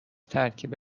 ترکیب